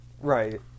Right